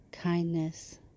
kindness